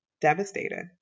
devastated